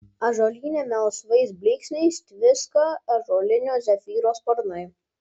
ąžuolyne melsvais blyksniais tviska ąžuolinio zefyro sparnai